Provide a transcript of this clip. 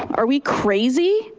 are we crazy?